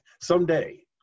Someday